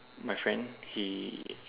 my friend he